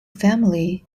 family